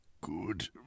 Good